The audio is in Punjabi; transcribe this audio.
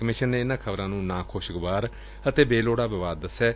ਕਮਿਸ਼ਨ ਨੇ ਇਨੂਾਂ ਖਬਰਾਂ ਨੂੰ ਨਾ ਖੁਸ਼ਗਵਾਰ ਅਤੇ ਬੇਲੋਤਾ ਵਿਵਾਦ ਦੱਸਿਆ ਐ